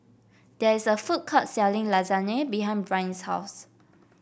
there is a food court selling Lasagne behind Brynn's house